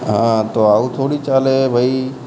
હા તો આવું થોડી ચાલે ભાઈ